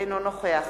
אינו נוכח